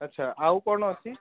ଆଚ୍ଛା ଆଉ କ'ଣ ଅଛି